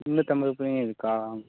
முன்னூத்தம்பது பிள்ளைங்கள் இருக்கா